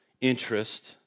interest